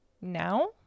now